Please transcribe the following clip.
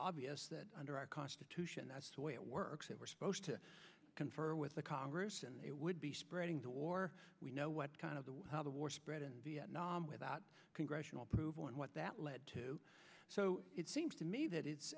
obvious that under our constitution that's the way it works and we're supposed to confer with the congress and it would be spreading the war we know what kind of the how the war spread in vietnam without congressional approval and what that led to so it seems to me that is